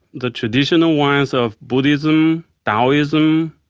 the traditional ones of buddhism, daoism,